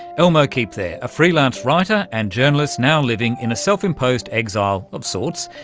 elmo keep there, a freelance writer and journalist now living in a self-imposed exile, of sorts,